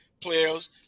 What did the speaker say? players